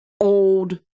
old